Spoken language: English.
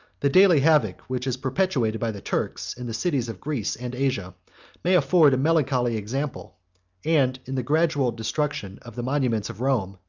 the daily havoc which is perpetrated by the turks in the cities of greece and asia may afford a melancholy example and in the gradual destruction of the monuments of rome,